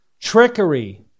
trickery